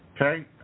Okay